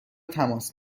تماس